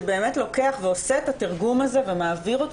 שבאמת עושה את התרגום הזה ומעביר אותו